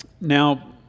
Now